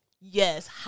Yes